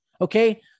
okay